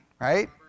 right